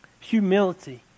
Humility